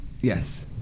yes